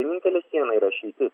vienintelė siena yra išeitis